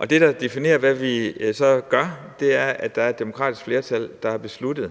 Det, der definerer, hvad vi så gør, er, hvad et demokratisk flertal har besluttet.